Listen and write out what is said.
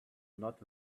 not